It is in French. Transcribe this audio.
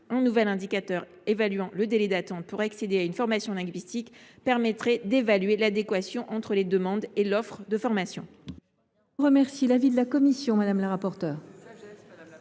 Un nouvel indicateur relatif au délai d’attente pour accéder à une formation linguistique permettrait d’évaluer l’adéquation entre les demandes et l’offre de formation.